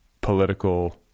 political